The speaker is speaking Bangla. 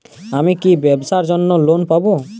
আমি কি ব্যবসার জন্য লোন পাব?